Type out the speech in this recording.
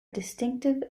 distinctive